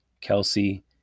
Kelsey